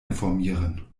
informieren